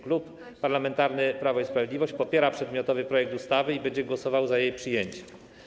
Klub Parlamentarny Prawo i Sprawiedliwość popiera przedmiotowy projekt ustawy i będzie głosował za jej przyjęciem.